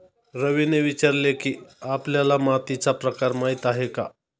रवीने विचारले की, आपल्याला मातीचा प्रकार माहीत आहे का?